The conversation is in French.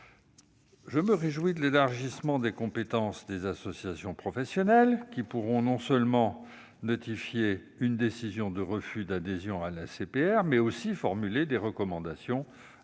Je me réjouis de l'élargissement des compétences des associations professionnelles, qui pourront non seulement notifier une décision de refus d'adhésion à l'ACPR, mais aussi formuler des recommandations à l'égard